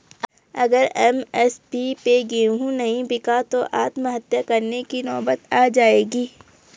अगर एम.एस.पी पे गेंहू नहीं बिका तो आत्महत्या करने की नौबत आ जाएगी